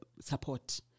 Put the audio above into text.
support